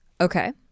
Okay